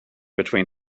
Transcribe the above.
between